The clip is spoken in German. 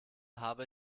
habe